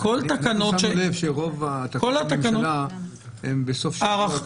--- כל התקנות --- שמנו לב שרוב תקנות הממשלה הן בסוף שבוע.